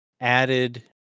added